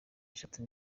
eshatu